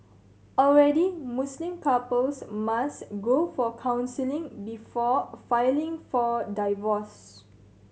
already Muslim couples must go for counselling before filing for divorce